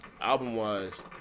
album-wise